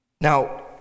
Now